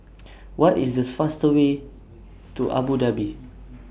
What IS The fastest Way to Abu Dhabi